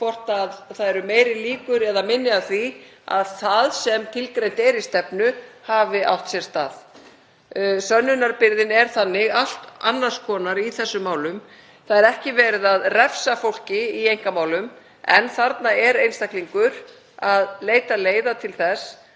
horft á hvort meiri líkur eða minni eru á því að það sem tilgreint er í stefnu hafi átt sér stað. Sönnunarbyrðin er þannig allt annars konar í þessum málum. Það er ekki verið að refsa fólki í einkamálum en þarna er einstaklingur að leita leiða til þess